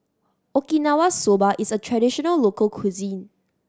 Okinawa Soba is a traditional local cuisine